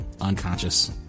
unconscious